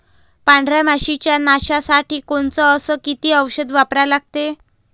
पांढऱ्या माशी च्या नाशा साठी कोनचं अस किती औषध वापरा लागते?